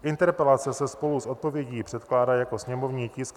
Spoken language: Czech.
Interpelace se spolu s odpovědí předkládá jako sněmovní tisk 769.